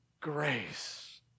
Grace